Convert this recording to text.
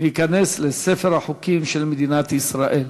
וייכנס לספר החוקים של מדינת ישראל.